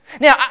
Now